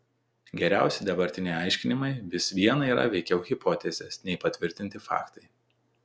geriausi dabartiniai aiškinimai vis viena yra veikiau hipotezės nei patvirtinti faktai